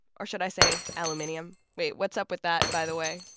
or should i say aluminium? wait. what's up with that, by the way?